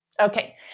Okay